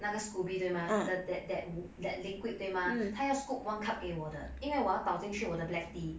那个 scooby 对吗 the that that that liquid 对吗他要 scoop one cup 给我的因为我要倒进去我的 black tea